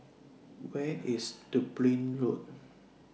Where IS Dublin Road